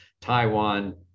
Taiwan